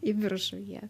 į viršų jie